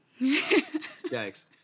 Yikes